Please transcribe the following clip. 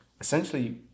essentially